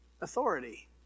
authority